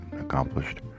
accomplished